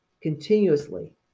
Continuously